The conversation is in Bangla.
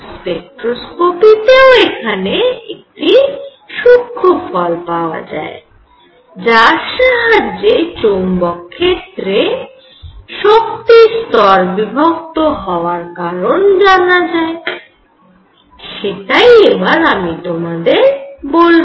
স্পেক্ট্রোস্কোপি তেও এখানে একটি সূক্ষ্ম ফল পাওয়া যায় যার সাহায্যে চৌম্বক ক্ষেত্রে শক্তি স্তর বিভক্ত হওয়ার কারণ জানা যায় সেটাই এবার আমি তোমাদের বলব